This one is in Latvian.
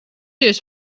jūs